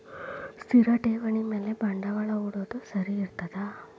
ಸ್ಥಿರ ಠೇವಣಿ ಮ್ಯಾಲೆ ಬಂಡವಾಳಾ ಹೂಡೋದು ಸರಿ ಇರ್ತದಾ?